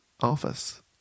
Office